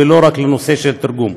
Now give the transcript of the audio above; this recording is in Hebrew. לא רק בנושא התרגום,